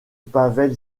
pavel